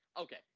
okay